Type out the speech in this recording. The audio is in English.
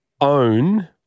own